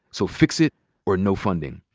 so fix it or no funding.